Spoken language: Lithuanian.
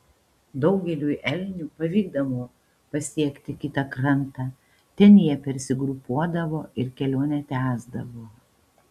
daugeliui elnių pavykdavo pasiekti kitą krantą ten jie persigrupuodavo ir kelionę tęsdavo